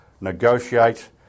negotiate